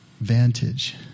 vantage